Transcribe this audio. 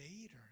later